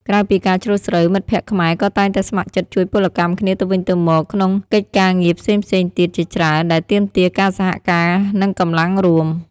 ក្រៅពីការច្រូតស្រូវ មិត្តភក្តិខ្មែរក៏តែងតែស្ម័គ្រចិត្តជួយពលកម្មគ្នាទៅវិញទៅមកក្នុងកិច្ចការងារផ្សេងៗទៀតជាច្រើនដែលទាមទារការសហការនិងកម្លាំងរួម។